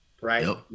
right